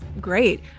great